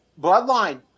Bloodline